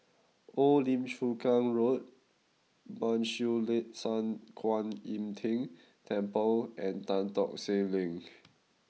Old Lim Chu Kang Road Ban Siew Lee San Kuan Im Tng Temple and Tan Tock Seng Link